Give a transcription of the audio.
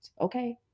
Okay